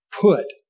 put